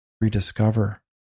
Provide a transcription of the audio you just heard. rediscover